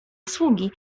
usługi